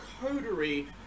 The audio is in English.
coterie